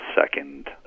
second